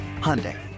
Hyundai